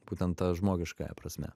būtent ta žmogiškąja prasme